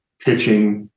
pitching